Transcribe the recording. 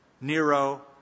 Nero